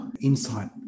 insight